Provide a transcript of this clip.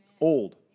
Old